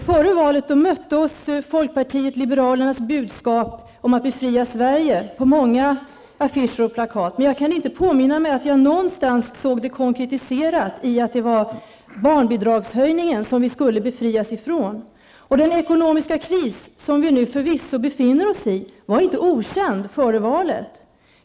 Före valet mötte oss folkpartiet liberalernas budskap om att befria Sverige på många affischer och plakat, men jag kan inte påminna mig att jag någonstans såg det konkretiserat i att det var barnbidragshöjningen vi skulle befrias från. Den ekonomiska kris vi nu förvisso befinner oss i var inte okänd före valet.